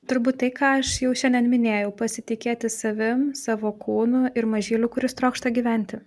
turbūt tai ką aš jau šiandien minėjau pasitikėti savim savo kūnu ir mažyliu kuris trokšta gyventi